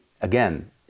again